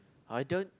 I don't